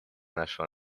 нашего